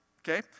okay